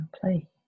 play